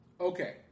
Okay